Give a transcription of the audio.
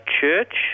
Church